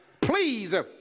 Please